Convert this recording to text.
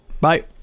Bye